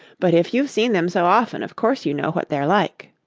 but if you've seen them so often, of course you know what they're like